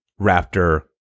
raptor